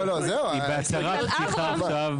היא בהצהרות פתיחה עכשיו.